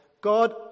God